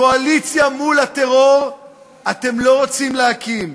קואליציה מול הטרור אתם לא רוצים להקים.